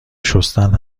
شستن